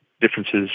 differences